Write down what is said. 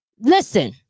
listen